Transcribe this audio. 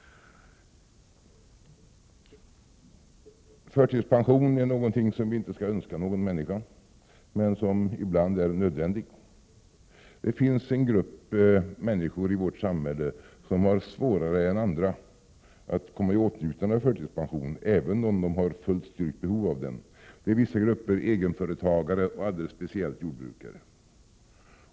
Förtidspension är någonting som vi inte skall önska någon människa men som ibland är nödvändig. Det finns en grupp människor i vårt samhälle som har svårare än andra att komma i åtnjutande av en förtidspension även om de har fullt styrkt behov av den. Det är vissa grupper av egenföretagare och alldeles speciellt jordbrukare.